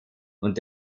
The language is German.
und